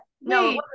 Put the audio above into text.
No